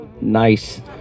nice